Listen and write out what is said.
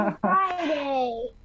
Friday